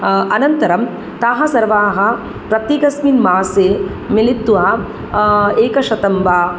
अनन्तरं ताः सर्वाः प्रत्येकस्मिन् मासे मिलित्वा एकशतं वा